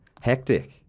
hectic